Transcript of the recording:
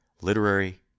literary